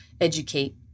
educate